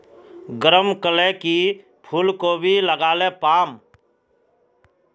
गरम कले की फूलकोबी लगाले पाम?